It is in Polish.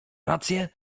rację